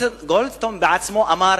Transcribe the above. גולדסטון עצמו אמר: